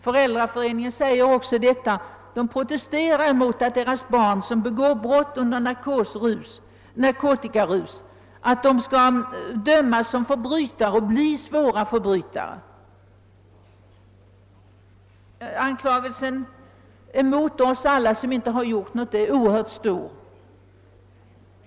Föräldraföreningen protesterar mot att deras barn som begått brott under narkotikarus skall dömas som förbrytare och bli svåra förbrytare. Anklagelsen mot oss alla som inte har gjort någonting är oerhört skarp.